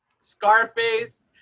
Scarface